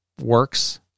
works